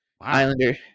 Islander